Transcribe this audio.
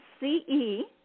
C-E